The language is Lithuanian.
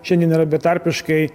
šiandien yra betarpiškai